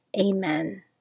Amen